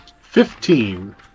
Fifteen